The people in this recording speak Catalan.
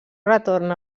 retorn